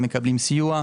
הם מקבלים סיוע.